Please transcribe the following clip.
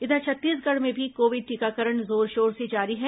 इधर छत्तीसगढ़ में भी कोविड टीकाकरण जोरशोर से जारी है